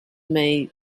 make